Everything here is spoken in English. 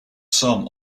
some